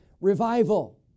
revival